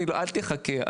אל תחכה,